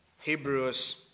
Hebrews